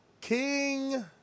King